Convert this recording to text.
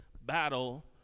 battle